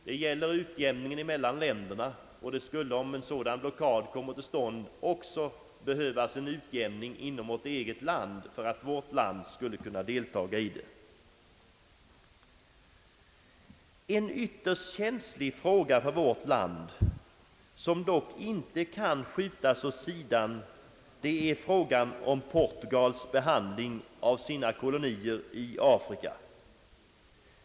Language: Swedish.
Det gäller utjämningen av kostnaderna mellan länderna, och det skulle, om en sådan blockad kommer till stånd, också behövas en utjämning för vårt eget lands vidkommande. En ytterst känslig fråga för vårt land, som inte kan skjutas åt sidan, är Portugals behandling av sina kolonier i Afrika.